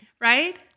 right